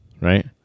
right